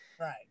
Right